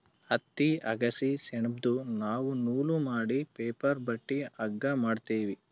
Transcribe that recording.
ಹತ್ತಿ ಅಗಸಿ ಸೆಣಬ್ದು ನಾವ್ ನೂಲ್ ಮಾಡಿ ಪೇಪರ್ ಬಟ್ಟಿ ಹಗ್ಗಾ ಮಾಡ್ತೀವಿ